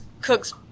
cooks